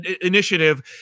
initiative